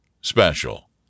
special